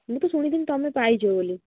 ମୁଁ ତ ଶୁଣିଥିଲି ତୁମେ ପାଇଛ ବୋଲି